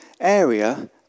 area